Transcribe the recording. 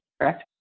correct